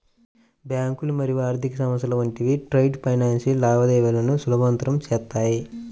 బ్యాంకులు మరియు ఆర్థిక సంస్థలు వంటివి ట్రేడ్ ఫైనాన్స్ లావాదేవీలను సులభతరం చేత్తాయి